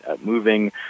moving